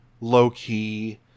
low-key